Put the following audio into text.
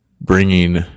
bringing